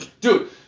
Dude